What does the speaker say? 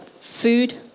Food